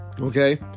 Okay